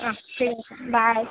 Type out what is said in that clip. অঁ ঠিক আছে বাই